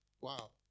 Wow